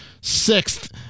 sixth